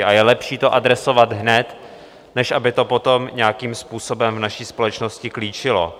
A je lepší to adresovat hned, než aby to potom nějakým způsobem v naší společnosti klíčilo.